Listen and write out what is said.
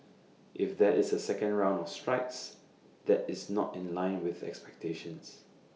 if there is A second round of strikes that is not in line with expectations